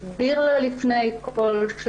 הסביר לה לפני הכול.